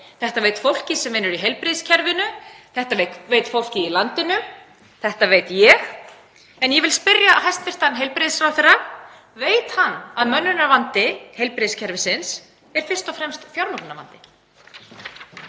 Þetta veit fólkið sem vinnur í heilbrigðiskerfinu. Þetta veit fólkið í landinu. Þetta veit ég. En ég vil spyrja hæstv. heilbrigðisráðherra: Veit hann að mönnunarvandi heilbrigðiskerfisins er fyrst og fremst fjármögnunarvandi?